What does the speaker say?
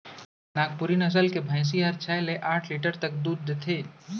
नागपुरी नसल के भईंसी हर छै ले आठ लीटर तक दूद देथे